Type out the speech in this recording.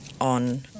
on